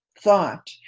thought